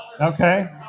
Okay